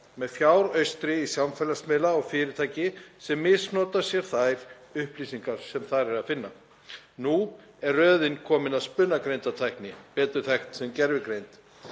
með fjáraustri í samfélagsmiðla og fyrirtæki sem misnota sér þær upplýsingar sem þar er að finna. Nú er röðin komin að spunagreindartækni, betur þekkt sem gervigreind.